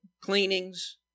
cleanings